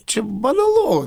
čia banalu